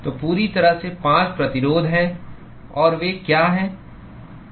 तो पूरी तरह से 5 प्रतिरोध हैं और वे क्या हैं